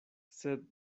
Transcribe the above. sed